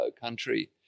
country